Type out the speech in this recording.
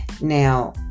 Now